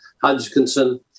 Hodgkinson